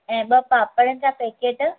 ऐं ॿ पापड़नि जा पैकेट